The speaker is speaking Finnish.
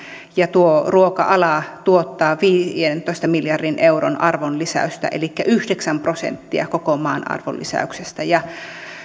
ja ruoka ala tuottaa viidentoista miljardin euron arvonlisäystä elikkä yhdeksän prosenttia koko maan arvonlisäyksestä